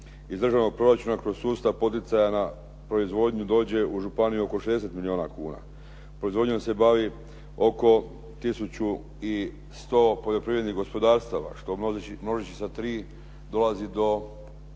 Iz državnog proračuna kroz sustav poticaja na proizvodnju dođe u županiju oko 60 milijuna kuna. Proizvodnjom se bavi oko 1100 poljoprivrednih gospodarstava što množeći sa tri dolazi do